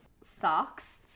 socks